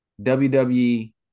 WWE